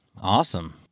Awesome